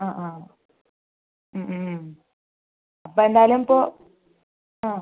ആ ആ അപ്പം എന്തായാലും ഇപ്പം ആ